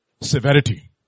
Severity